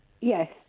yes